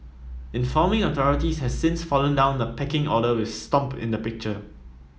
informing authorities has since fallen down the pecking order with stomp in the picture